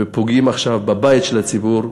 ופוגעים עכשיו בבית של הציבור,